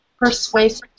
persuasive